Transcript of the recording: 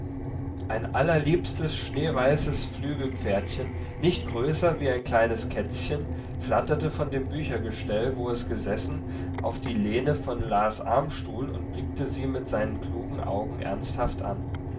ein allerliebstes schneeweißes flügelpferdchen nicht größer wie ein kleines kätzchen flatterte von dem büchergestell wo es gesessen auf die lehne von las armstuhl und blickte sie mit seinen klugen augen ernsthaft an